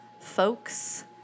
folks